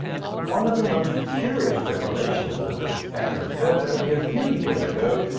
one of the most curious revelations of this fact occurred only a few years ago,